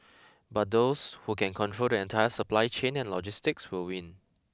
but those who can control the entire supply chain and logistics will win